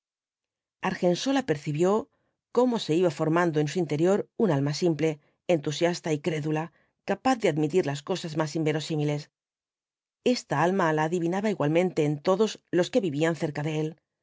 argensola percibió cómo se iba formando en su interior nn alma simple entusiasta y crédula capaz de admitir las cosas más inverosímiles esta alma la adivinaba igualmente en todos los que vivían cerca de él